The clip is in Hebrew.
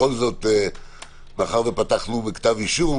אבל בכל זאת מאחר שפתחנו בכתב אישום,